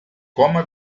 coma